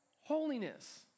holiness